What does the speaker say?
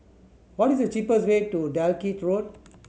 what is the cheapest way to Dalkeith Road